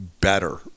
better